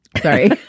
Sorry